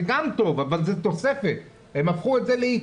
זה גם טוב, אבל זה תוספת, והם הפכו את זה לעיקר.